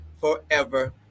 forever